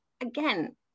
again